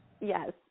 Yes